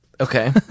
Okay